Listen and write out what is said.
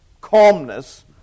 calmness